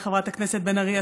חברת הכנסת בן ארי,